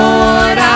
Lord